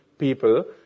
people